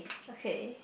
okay